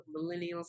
Millennials